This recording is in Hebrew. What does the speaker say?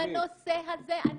בנושא הזה.